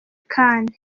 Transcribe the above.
kane